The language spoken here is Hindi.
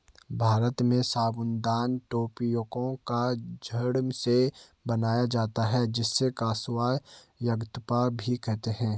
भारत में साबूदाना टेपियोका की जड़ से बनाया जाता है जिसे कसावा यागप्पा भी कहते हैं